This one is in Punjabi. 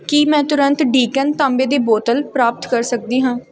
ਕੀ ਮੈਂ ਤੁਰੰਤ ਡੀਕੈਨ ਤਾਂਬੇ ਦੀ ਬੋਤਲ ਪ੍ਰਾਪਤ ਕਰ ਸਕਦੀ ਹਾਂ